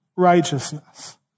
righteousness